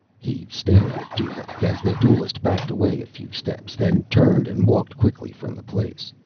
he stared at dulaq as the duelist backed away a few steps, then turned and walked quickly from the place.